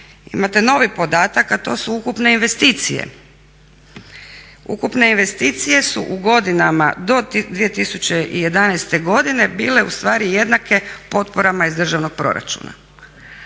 imate novi podatak, a to su ukupne investicije. Ukupne investicije su u godinama do 2011. godine bile ustvari jednake potporama iz državnog proračuna,